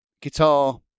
guitar